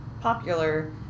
popular